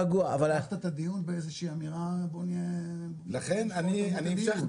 פתחת את הדיון באיזה שהיא אמירה --- לכן אני הפסקתי.